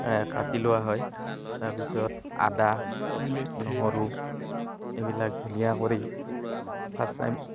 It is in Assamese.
কাটি লোৱা হয় তাৰপিছত আদা নহৰু এইবিলাক ধুনীয়া কৰি ফাৰ্ষ্ট টাইম